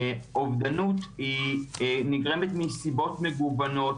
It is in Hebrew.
אובדנות נגרמת מסיבות מגוונות,